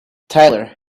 tyler